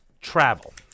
travel